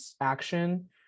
action